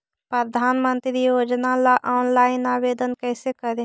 प्रधानमंत्री योजना ला ऑनलाइन आवेदन कैसे करे?